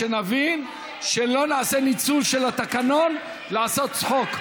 שנבין שלא נעשה ניצול של התקנון לעשות צחוק,